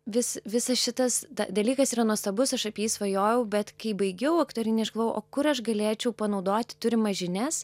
vis visas šitas dalykas yra nuostabus aš apie jį svajojau bet kai baigiau aktorinį aišku o kur aš galėčiau panaudoti turimas žinias